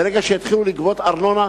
שברגע שיתחילו לגבות ארנונה,